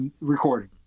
recording